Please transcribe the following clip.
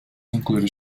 included